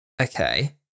okay